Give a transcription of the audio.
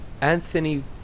Anthony